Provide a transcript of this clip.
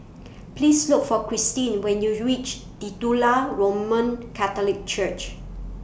Please Look For Christine when YOU REACH Titular Roman Catholic Church